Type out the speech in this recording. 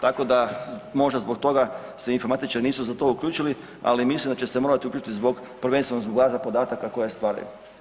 Tako da možda zbog toga se informatičari nisu za to uključili ali mislim da će se morati uključiti zbog, prvenstveno zbog baza podataka koje stvaraju.